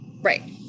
Right